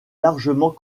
largement